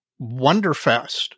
Wonderfest